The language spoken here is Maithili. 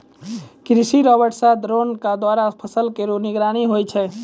कृषि रोबोट सह द्रोण क द्वारा फसल केरो निगरानी होय छै